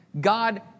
God